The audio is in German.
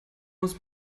muss